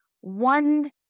one